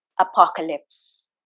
apocalypse